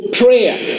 prayer